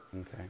Okay